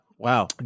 Wow